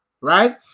right